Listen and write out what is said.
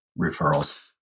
Referrals